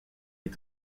est